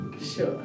Sure